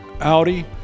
Audi